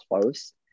close